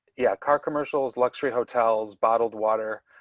yeah car commercials luxury hotels bottled water.